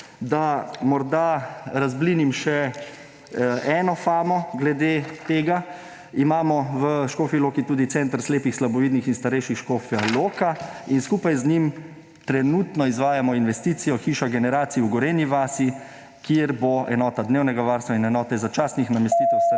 Da morda razblinim še eno famo glede tega, imamo v Škofji Loki tudi Center slepih, slabovidnih in starejših Škofja Loka in skupaj z njim trenutno izvajamo investicijo Hiša generacij v Gorenji vasi, kjer bo enota dnevnega varstva in enote začasnih namestitev starejših